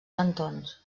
cantons